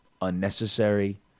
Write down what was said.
unnecessary